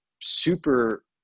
super